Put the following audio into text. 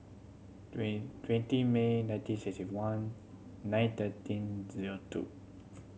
twenty twenty May nineteen sixty one nine thirteen zero two